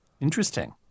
Interesting